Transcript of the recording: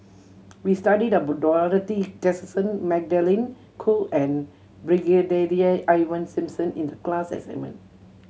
we studied about Dorothy Tessensohn Magdalene Khoo and Brigadier Ivan Simson in the class assignment